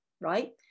right